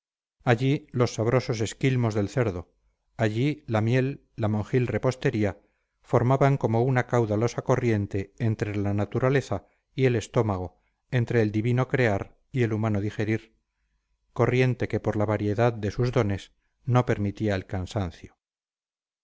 allí los sabrosos esquilmos del cerdo allí la miel la monjil repostería formaban como una caudalosa corriente entre la naturaleza y el estómago entre el divino crear y el humano digerir corriente que por la variedad de sus dones no permitía el cansancio